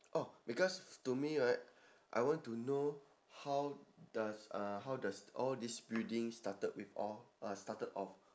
oh because to me right I want to know how does uh how does all these buildings started with all uh started off